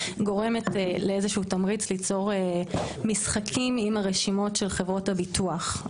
גורמת לאיזה שהוא תמריץ ליצור משחקים עם הרשימות של חברות הביטוח.